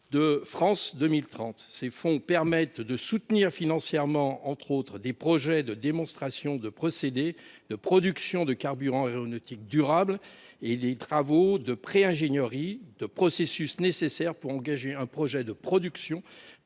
de France 2030. Ces fonds permettent notamment de soutenir financièrement des projets de démonstration de procédés de production de carburants aéronautiques durables et des travaux de pré ingénierie de processus nécessaires pour engager un projet de production